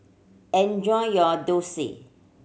enjoy your dosa